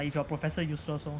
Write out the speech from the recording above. like you got professor useless lor